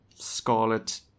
scarlet